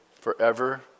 forever